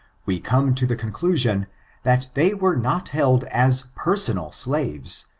we come to the conclusion that they were not held as personal slaves,